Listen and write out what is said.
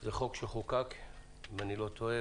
זה חוק שנחקק, אם אני לא טועה,